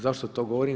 Zašto to govorim?